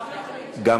אדוני היושב-ראש.